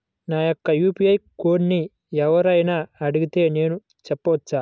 నా యొక్క యూ.పీ.ఐ కోడ్ని ఎవరు అయినా అడిగితే నేను చెప్పవచ్చా?